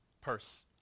purse